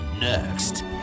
next